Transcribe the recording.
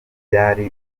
byari